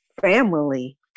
family